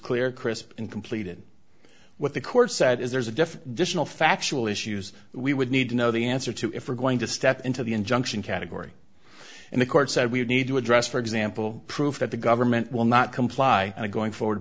clear crisp and complete in what the court said is there's a difference factual issues we would need to know the answer to if we're going to step into the injunction category and the court said we need to address for example proof that the government will not comply going forward